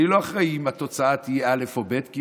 אני לא אחראי אם התוצאה תהיה א' או ב', כי